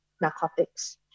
narcotics